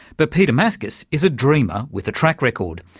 but peter maskus is a dreamer with a track-record,